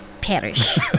perish